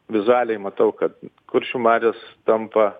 vizualiai matau kad kuršių marios tampa